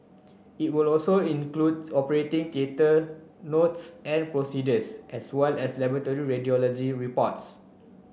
it will also include operating notes and procedures as well as laboratory and radiology reports